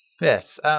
Yes